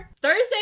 thursday